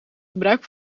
gebruik